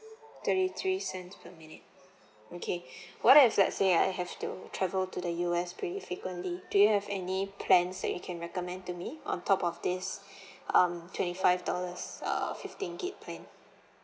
thirty three cents per minute okay what if let's say I have to travel to the U_S pretty frequently do you have any plans that you can recommend to me on top of this um twenty five dollars uh fifteen gigabytes plan